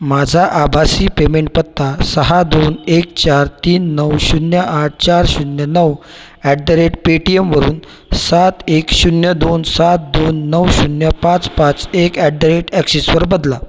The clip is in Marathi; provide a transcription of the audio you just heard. माझा आभासी पेमेंट पत्ता सहा दोन एक चार तीन नऊ शून्य आठ चार शून्य नऊ ॲट द रेट पेटीएमवरून सात एक शून्य दोन सात दोन नऊ शून्य पाच पाच एक ॲटदरेट ॲक्सिस वर बदला